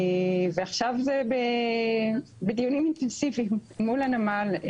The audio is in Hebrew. ועכשיו זה בדיונים אינטנסיביים מול הנמל,